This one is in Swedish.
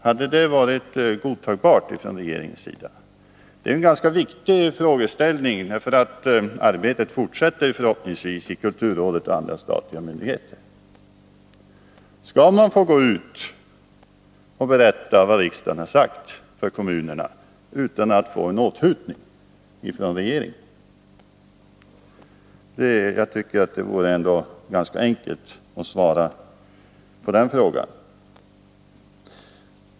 Hade det varit godtagbart från regeringens sida? Det är en ganska viktig frågeställning. Arbetet fortsätter ju förhoppningsvis i kulturrådet och andra statliga myndigheter. Skall man få gå ut och berätta för kommunerna vad riksdagen har sagt, utan att få en åthutning från regeringen? Jag tycker att det borde vara ganska enkelt att svara på den frågan.